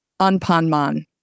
Anpanman